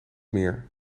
meer